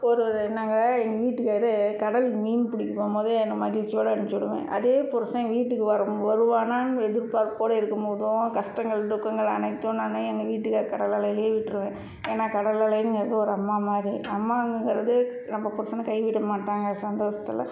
ஒரு நாங்கள் எங்கள் வீட்டுக்காரரு கடலுக்கு மீன் பிடிக்க போகும்போது நான் மகிழ்ச்சியோடு அனுப்பிச்சிவிடுவேன் அதே புருஷன் வீட்டுக்கு வரும் வருவானான்னு எதிர்பார்ப்போடயே இருக்கும்போதும் கஷ்டங்கள் துக்கங்கள் அனைத்தும் நான் எங்கள் வீட்டுக்காரர் கடல் அலையிலேயே விட்டுருவேன் ஏன்னா கடல் அலைங்கிறது ஒரு அம்மா மாதிரி அம்மாங்கிறது நம்ம புருஷனை கைவிடமாட்டாங்கிற சந்தோஷத்துல